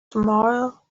tomorrow